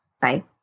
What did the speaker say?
Bye